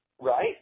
Right